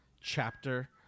chapter